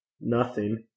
Nothing